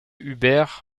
hubert